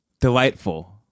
Delightful